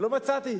ולא מצאתי.